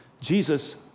Jesus